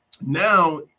now